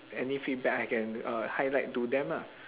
any feedback I can uh highlight to them ah